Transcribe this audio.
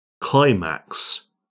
climax